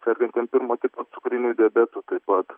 sergantiem pirmo tipo cukriniu diabetu taip pat